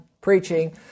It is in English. preaching